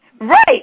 Right